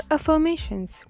Affirmations